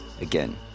again